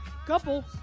Couple